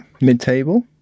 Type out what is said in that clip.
Mid-table